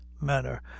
manner